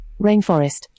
rainforest